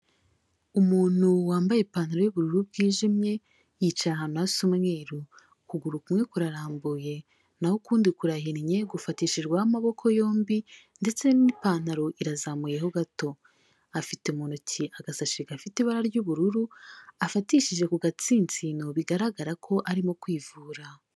Umuntu wambaye ipantaro y'ubururu bwijimye, yicaye ahantu hasa umweru. Ukuguru kumwe kurarambuye, naho ukundi kurahinnye, gufatishijweho amaboko yombi, ndetse n'ipantaro irazamuyeho gato. Afite mu ntoki agasashe gafite ibara ry'ubururu, afatishije ku gatsinsino bigaragara ko arimo kwivura.